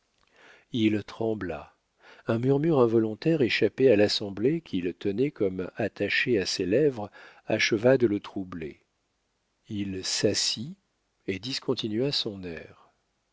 il trembla un murmure involontaire échappé à l'assemblée qu'il tenait comme attachée à ses lèvres acheva de le troubler il s'assit et discontinua son air